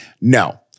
No